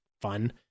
fun